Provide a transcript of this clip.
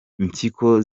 impyiko